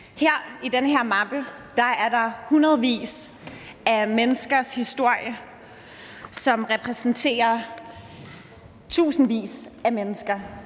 Her i den her mappe er der hundredevis af menneskers historier, som repræsenterer tusindvis af mennesker.